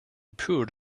poured